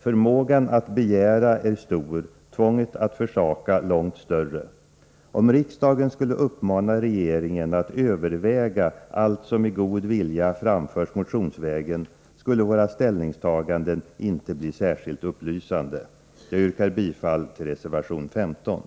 Förmågan att begära är stor, tvånget att försaka långt större. Om riksdagen skulle uppmana regeringen att överväga allt som i god vilja framförs motionsvägen, skulle våra ställningstaganden inte bli särskilt upplysande. Jag yrkar bifall till reservation 15.